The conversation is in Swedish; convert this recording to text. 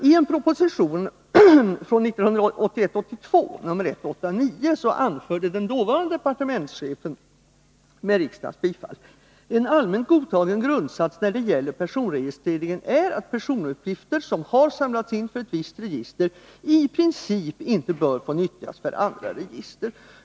I proposition 1981/82:189 anförde den dåvarande departementschefen med riksdagens bifall: En allmänt godtagen grundsats när det gäller personregistreringen är att personuppgifter som har samlats in för ett visst register i princip inte bör få nyttjas för andra register.